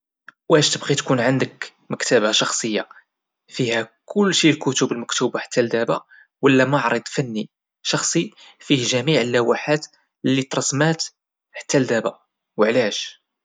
واش تبغي تكون عندك مكتبة شخصية فيها كلشي الكتب المكتوبة حتى لدبا ولا معرض فني شخصي فيه جميع اللوحات اللي ترسمات حتى لدبا؟